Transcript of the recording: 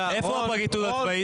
בפרקליטות הצבאית.